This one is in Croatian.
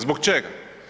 Zbog čega?